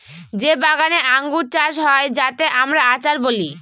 যে বাগানে আঙ্গুর চাষ হয় যাতে আমরা আচার বলি